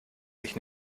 sich